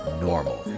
normal